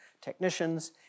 technicians